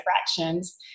fractions